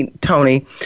Tony